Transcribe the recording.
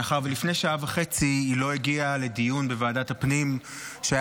מאחר שלפני שעה וחצי היא לא הגיעה לדיון בוועדת הפנים שהיה